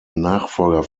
nachfolger